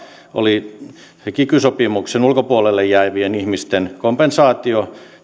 oli se kiky sopimuksen ulkopuolelle jäävien ihmisten kompensaation